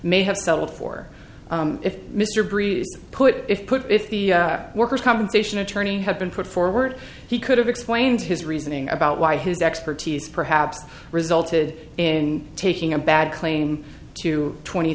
may have settled for if mr bruce put if put if the workers compensation attorneys have been put forward he could have explained his reasoning about why his expertise perhaps resulted in taking a bad claim to twenty